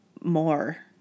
more